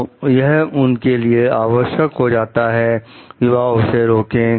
तो यह उनके लिए आवश्यक हो जाता है कि वह उसे रोके